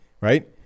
right